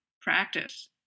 practice